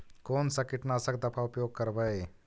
कोन सा कीटनाशक दवा उपयोग करबय?